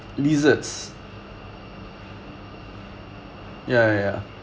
lizards ya ya ya